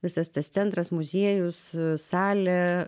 visas tas centras muziejus salė